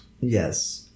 Yes